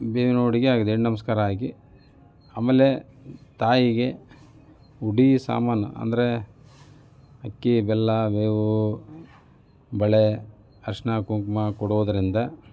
ಬೇವಿನ ಉಡುಗೆ ಹಯ್ಕಂಡ್ ನಮಸ್ಕಾರ ಹಾಕಿ ಆಮೇಲೆ ತಾಯಿಗೆ ಉಡಿ ಸಾಮಾನು ಅಂದರೆ ಅಕ್ಕಿ ಬೆಲ್ಲ ಬೇವು ಬಳೆ ಅರಶಿನ ಕುಂಕುಮ ಕೊಡೋದರಿಂದ